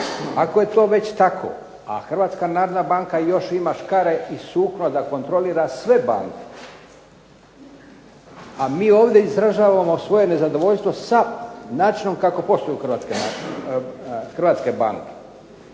Ako je to već tako a Hrvatska narodna banka još ima škare i sukno da kontrolira sve banke a mi ovdje izražavamo svoje nezadovoljstvo sa načinom kako posluju hrvatske banke.